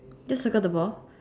just circle the ball